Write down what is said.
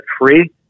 free